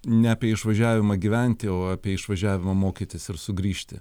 ne apie išvažiavimą gyventi o apie išvažiavimą mokytis ir sugrįžti